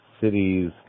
cities